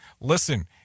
Listen